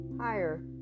higher